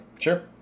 Sure